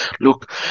look